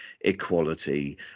equality